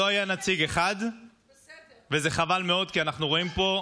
עכשיו, תוך כדי שאנחנו מדברים,